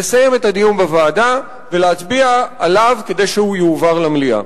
לסיים את הדיון בוועדה ולהצביע עליו כדי שהוא יועבר למליאה.